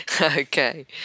Okay